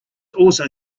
also